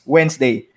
Wednesday